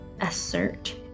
assert